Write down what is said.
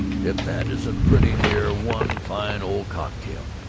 if that isn't pretty near one fine old cocktail!